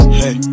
hey